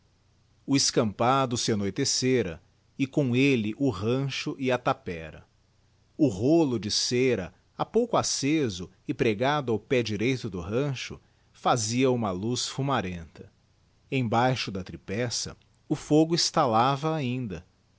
o escampado se ennoitecera e com elle o rancho e a tapera o rolo de cera ha pouco acceso e pregado ao pé direito do rancho fazia uma luz fumarenta embaixo da tripeça o fogo estalava ainda